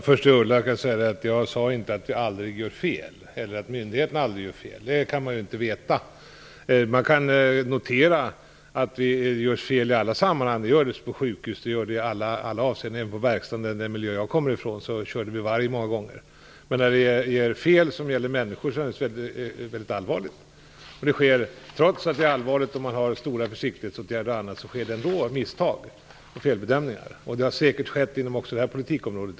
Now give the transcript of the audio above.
Fru talman! Till Ulla Hoffmann kan jag säga att jag inte sade att myndigheterna aldrig gör fel. Det kan man inte veta. Man kan notera att det görs fel i alla sammanhang. Det görs på sjukhus, i alla avseenden, och även på verkstaden, den miljö som jag kommer ifrån, körde vi varg många gånger. När det ger fel som gäller människor är det mycket allvarligt. Trots att det är allvarligt och man har stora försiktighetsåtgärder, sker det ändå av misstag felbedömningar. Det har säkert skett också inom det här politikområdet.